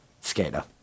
Skater